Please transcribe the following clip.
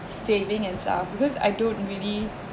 saving and stuff because I don't really